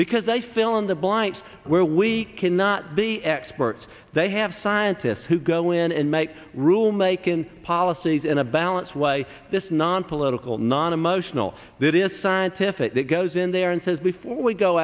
because they fill in the blight where we cannot be experts they have scientists who go in and make rule making policies in a balanced way this nonpolitical non emotional that is scientific that goes in there and says before we go